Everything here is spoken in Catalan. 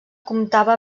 comptava